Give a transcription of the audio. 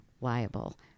liable